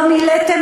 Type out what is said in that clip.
לא מילאתם,